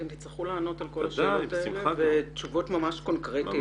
אתם תצטרכו לענות על השאלות ותשובות קונקרטיות.